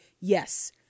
Yes